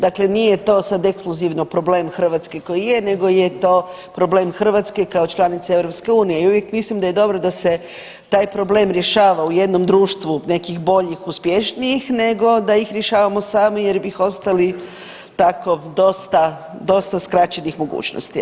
Dakle nije to sad ekskluzivno problem Hrvatske koji je nego je to problem Hrvatske kao članice EU i uvijek mislim da je dobro da se taj problem rješava u jednom društvu nekih boljih, uspješnijih nego da ih rješavamo sami jer bih ostali tako dosta, dosta skraćenih mogućnosti.